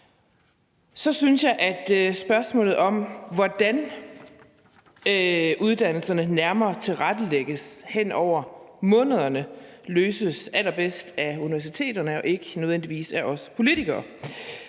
Så synes jeg, at spørgsmålet om, hvordan uddannelserne nærmere tilrettelægges hen over månederne, løses allerbedst af universiteterne og ikke nødvendigvis af os politikere.